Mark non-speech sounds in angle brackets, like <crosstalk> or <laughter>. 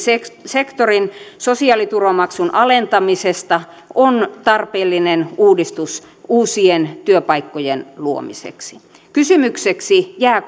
sektorin sosiaaliturvamaksun alentamisesta on tarpeellinen uudistus uusien työpaikkojen luomiseksi kysymykseksi jää <unintelligible>